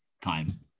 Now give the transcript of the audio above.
time